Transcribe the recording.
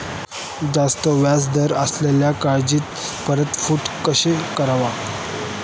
जास्त व्याज दर असलेल्या कर्जाची परतफेड कशी करावी?